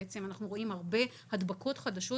אנחנו רואים הרבה הדבקות חדשות,